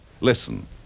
Listen